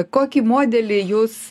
kokį modelį jūs